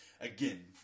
Again